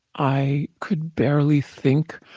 i could barely think.